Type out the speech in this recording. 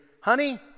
honey